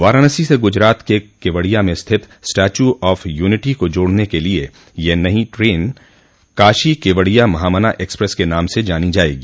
वाराणसी से गुजरात के केवड़िया में स्थित स्टैच्यू ऑफ यूनिटी को जोड़ने के लिए यह नई ट्रेन काशी केवड़िया महामना एक्सप्रेस के नाम से जानी जायेगी